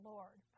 Lord